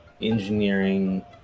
engineering